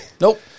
Nope